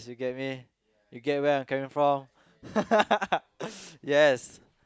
you get me you get where I'm coming from yes